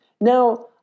Now